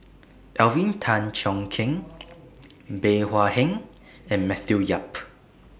Alvin Tan Cheong Kheng Bey Hua Heng and Matthew Yap